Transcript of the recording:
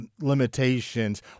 limitations